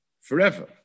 forever